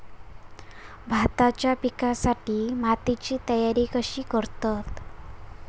भाताच्या पिकासाठी मातीची तयारी कशी करतत?